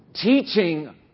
teaching